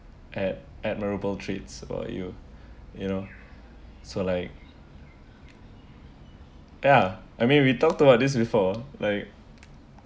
ad~ admirable traits about you you know so like ya I mean we talked about this before like